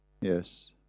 Yes